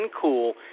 cool